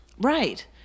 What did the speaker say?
Right